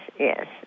Yes